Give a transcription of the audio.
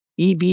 EV